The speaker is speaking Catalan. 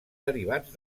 derivats